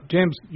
James